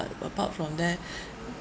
apart from there